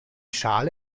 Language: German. schale